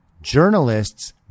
Journalists